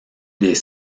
des